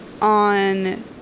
on